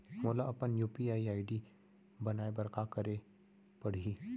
मोला अपन UPI ID बनाए बर का करे पड़ही?